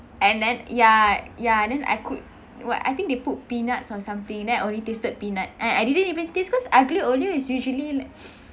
and then ya ya then I could what I think they put peanuts or something then I only tasted peanut and I didn't even taste cause aglio olio is usually l~